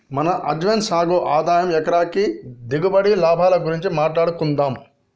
మనం అజ్వైన్ సాగు ఆదాయం ఎకరానికి దిగుబడి, లాభాల గురించి మాట్లాడుకుందం